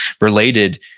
related